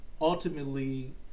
ultimately